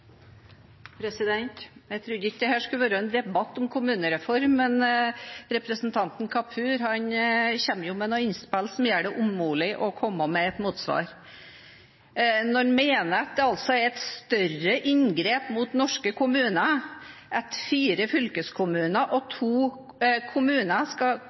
Jeg trodde ikke dette skulle være en debatt om kommunereform, men representanten Kapur kommer med noen innspill som gjør det umulig ikke å komme med et motsvar – når han altså mener at det skal være et større inngrep mot norske kommuner at fire fylkeskommuner og to kommuner skal